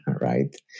right